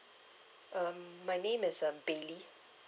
um my name is uh billy